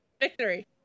Victory